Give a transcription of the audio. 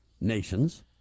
nations